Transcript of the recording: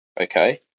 Okay